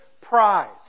prize